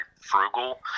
frugal